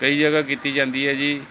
ਕਈ ਜਗ੍ਹਾ ਕੀਤੀ ਜਾਂਦੀ ਹੈ ਜੀ